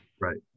right